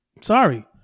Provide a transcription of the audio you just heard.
sorry